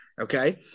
Okay